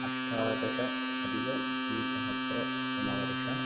अष्टादशाधिकद्विसहस्रतमवर्षः